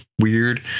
weird